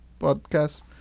podcast